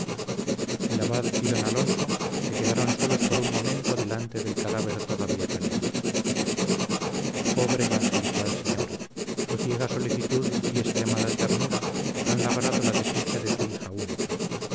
el abad y don alonso se quedaron solos por un momento delante del cadáver todavía caliente pobre y angelical señora tu ciega solicitud y extremada ternura han labrado la desdicha de tu hija única